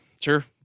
Sure